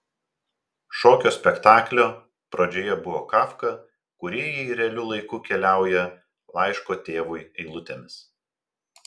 šokio spektaklio pradžioje buvo kafka kūrėjai realiu laiku keliauja laiško tėvui eilutėmis